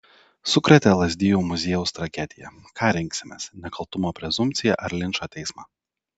sukrėtė lazdijų muziejaus tragedija ką rinksimės nekaltumo prezumpciją ar linčo teismą